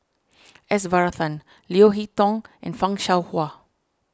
S Varathan Leo Hee Tong and Fan Shao Hua